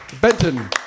Benton